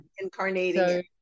incarnating